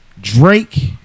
Drake